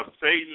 Satan